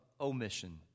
omission